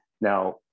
Now